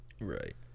right